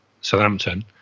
Southampton